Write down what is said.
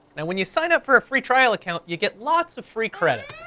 now when you sign up for a free trial account, you get lots of free credit.